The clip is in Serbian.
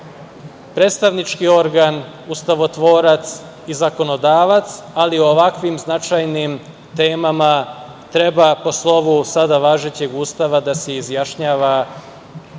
predstavnički organ, ustavotvorac i zakonodavac, ali o ovakvim značajnim temama treba po slovu sada važećeg Ustava da se izjašnjavaju